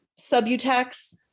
subutex